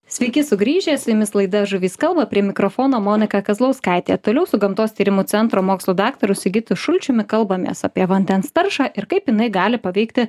sveiki sugrįžę su jumis laida žuvys kalba prie mikrofono monika kazlauskaitė toliau su gamtos tyrimų centro mokslų daktaru sigitu šulčiumi kalbamės apie vandens taršą ir kaip jinai gali paveikti